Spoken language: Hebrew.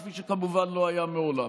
כפי שכמובן לא היה מעולם.